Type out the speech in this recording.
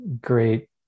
great